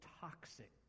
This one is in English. toxic